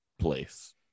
place